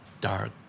Dark